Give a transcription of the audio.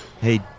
Hey